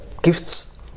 gifts